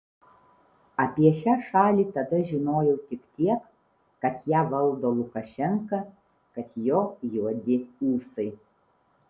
apie šią šalį tada žinojau tik tiek kad ją valdo lukašenka kad jo juodi ūsai